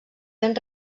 ben